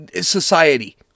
society